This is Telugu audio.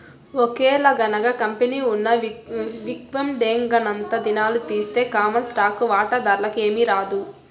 ఒకేలగనక కంపెనీ ఉన్న విక్వడేంగనంతా దినాలు తీస్తె కామన్ స్టాకు వాటాదార్లకి ఏమీరాదు